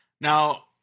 now